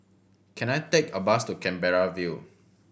can I take a bus to Canberra View